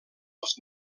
els